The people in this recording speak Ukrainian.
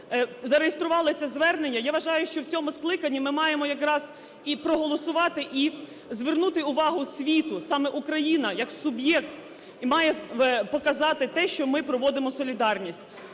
зареєстрували це звернення, я вважаю, що в цьому скликанні ми маємо якраз і проголосувати і звернути увагу світу. Саме Україна як суб'єкт має показати те, що ми проводимо солідарність.